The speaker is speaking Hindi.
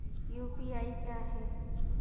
यू.पी.आई क्या है?